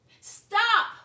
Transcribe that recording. Stop